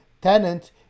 tenant